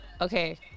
Okay